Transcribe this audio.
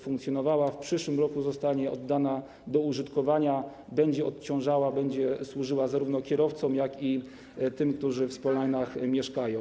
funkcjonowała, w przyszłym roku zostanie oddana do użytkowania, będzie odciążała, będzie służyła zarówno kierowcom, jak i tym, którzy w Smolajnach mieszkają.